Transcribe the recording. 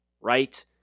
right